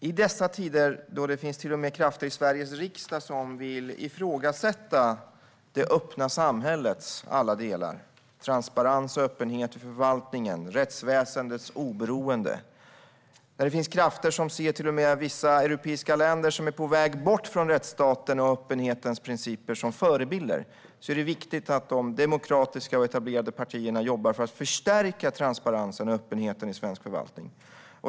I dessa tider, då det finns krafter till och med i Sveriges riksdag som vill ifrågasätta det öppna samhällets alla delar - transparens och öppenhet i förvaltningen och rättsväsendets oberoende - och som till och med ser vissa europeiska länder som är på väg bort från rättsstatens och öppenhetens principer som förebilder, är det viktigt att de demokratiska och etablerade partierna jobbar för att förstärka transparensen och öppenheten i svensk förvaltning.